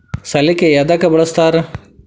ಸಲಿಕೆ ಯದಕ್ ಬಳಸ್ತಾರ?